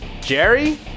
Jerry